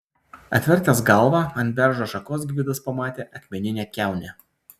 atvertęs galvą ant beržo šakos gvidas pamatė akmeninę kiaunę